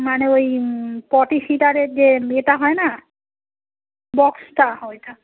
মানে ওই পটি সিটারের যে বেটা হয় না বক্সটা হয়টা